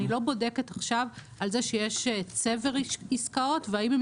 אני לא בודקת עכשיו על זה שיש צבר עסקאות והאם הן